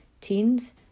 teens